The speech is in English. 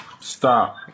Stop